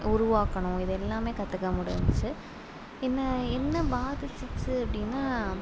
உருவாக்கணும் இது எல்லாமே கற்றுக்க முடிஞ்ச்சி என்ன என்ன பாதிச்சிச்சு அப்படின்னா